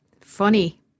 funny